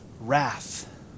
wrath